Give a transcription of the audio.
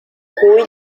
cui